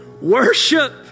Worship